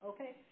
Okay